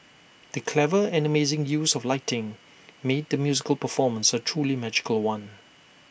the clever and amazing use of lighting made the musical performance A truly magical one